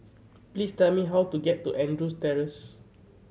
please tell me how to get to Andrews Terrace